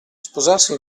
sposarsi